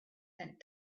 sent